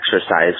exercise